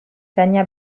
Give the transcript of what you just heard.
tania